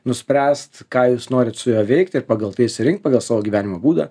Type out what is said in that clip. nuspręst ką jūs norit su juo veikt ir pagal tai išsirinkt pagal savo gyvenimo būdą